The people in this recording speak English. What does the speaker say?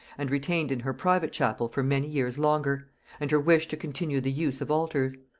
and retained in her private chapel for many years longer and her wish to continue the use of altars.